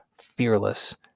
fearless